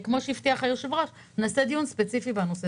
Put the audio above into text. כפי שהבטיח היושב-ראש, נעשה דיון ספציפי בנושא.